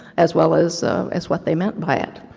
as well as as what they meant by it,